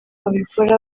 babikora